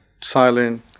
silent